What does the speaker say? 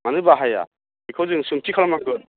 मानो बाहाया बिखौ जों सोंथि खालामनांगोन